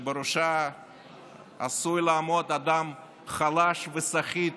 שבראשה עשוי לעמוד אדם חלש וסחיט